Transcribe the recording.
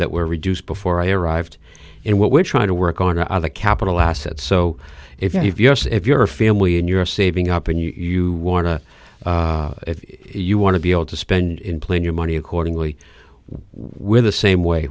that were reduced before i arrived and what we're trying to work on are the capital assets so if yes if you're a family and you're saving up and you want to if you want to be able to spend in plane your money accordingly we're the same way